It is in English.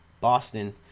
boston